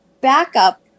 backup